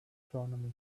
astronomy